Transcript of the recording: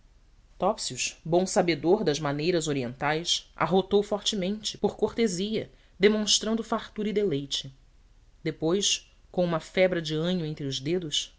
topsius bom sabedor das maneiras orientais arrotou fortemente por cortesia demonstrando fartura e deleite depois com uma febra de anho entre os dedos